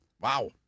Wow